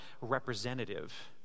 representative